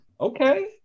okay